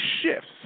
shifts